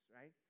right